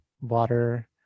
water